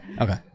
Okay